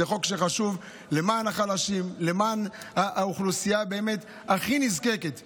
זה חוק שהוא חשוב למען החלשים ולמען האוכלוסייה באמת הכי נזקקת בעם.